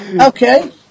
Okay